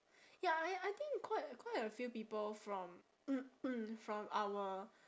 ya I I think quite quite a few people from from our